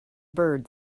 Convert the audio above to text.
bird